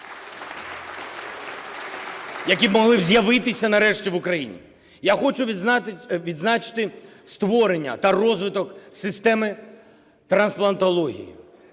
які б могли з'явитись нарешті в Україні. Я хочу відзначити створення та розвиток системи трансплантології.